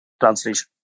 translation